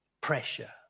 Pressure